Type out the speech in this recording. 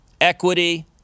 equity